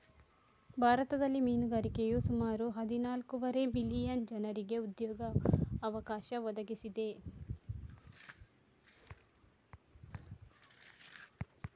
ಭಾರತದಲ್ಲಿ ಮೀನುಗಾರಿಕೆಯು ಸುಮಾರು ಹದಿನಾಲ್ಕೂವರೆ ಮಿಲಿಯನ್ ಜನರಿಗೆ ಉದ್ಯೋಗ ಅವಕಾಶ ಒದಗಿಸಿದೆ